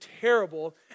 terrible